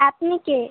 আপনি কে